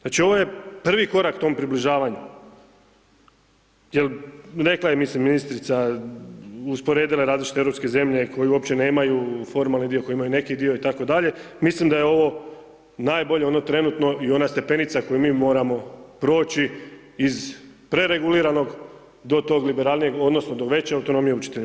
Znači ovo je prvi korak tom približavanju, jer rekla je mislim ministrica, usporedila je različite europske zemlje koji uopće nemaju formalni dio, koji imaju neki dio itd., mislim da je ovo najbolje, ono trenutno i ona stepenica koju mi moramo proći iz prereguliranog do tog liberalnijeg, odnosno do veće autonomije učiteljima.